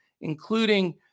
including